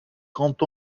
grand